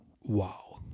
Wow